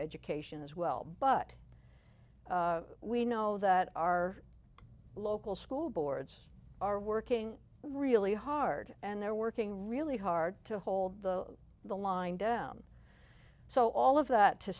education as well but we know that our local school boards are working really hard and they're working really hard to hold the the line down so all of that to